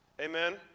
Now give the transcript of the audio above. Amen